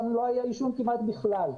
שם לא היה עישון כמעט בכלל.